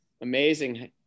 amazing